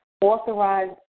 authorized